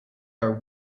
our